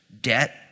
Debt